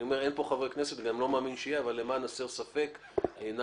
לא נמצאים כאן חברי כנסת אבל למען הסר ספק אני אומר,